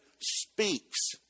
speaks